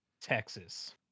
Texas